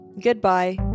goodbye